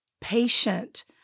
patient